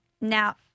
Now